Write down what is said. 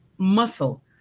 muscle